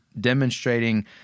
demonstrating